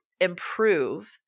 improve